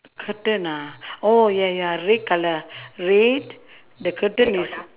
curtain ah oh ya ya red colour red the curtain is